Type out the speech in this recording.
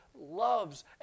loves